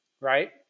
right